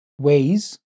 ways